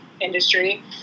industry